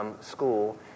school